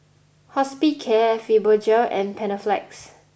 Hospicare Fibogel and Panaflex